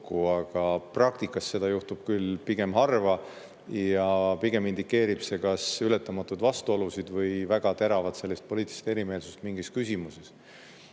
aga praktikas juhtub seda pigem harva. Pigem indikeerib see kas ületamatuid vastuolusid või väga teravat poliitilist erimeelsust mingis küsimuses.